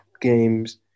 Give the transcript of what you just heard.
games